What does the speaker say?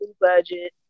budget